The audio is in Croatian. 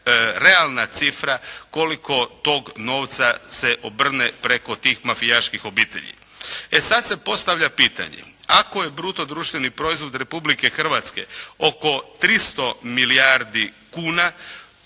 realna cifra koliko tog novca se obrne preko tih mafijaških obitelji. E sada se postavlja pitanje, ako je bruto društveni proizvod Republike Hrvatske oko 300 milijardi kuna,